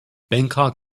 bangkok